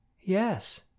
Yes